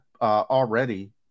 already